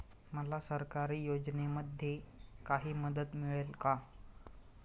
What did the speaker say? मला सरकारी योजनेमध्ये काही मदत मिळेल का?